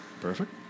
Perfect